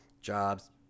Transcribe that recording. jobs